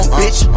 bitch